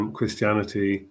Christianity